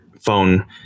phone